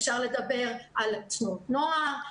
אפשר לדבר על תנועות נוער,